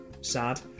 sad